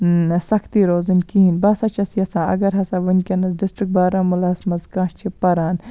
سَختی روزٕنۍ کِہیٖنۍ بہٕ ہَسا چھَس یَژھان اَگَر ہَسا وٕنکیٚنَس ڈِسٹرک بارہمولاہَس مَنٛز کانٛہہ چھُ پَران